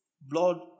Blood